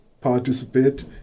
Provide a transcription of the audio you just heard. participate